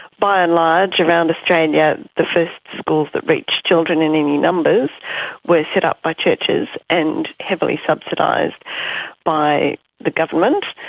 by and large around australia the first schools that reached children in any numbers were set up by churches and heavily subsidised by the government.